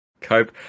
cope